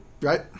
Right